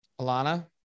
Alana